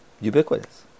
ubiquitous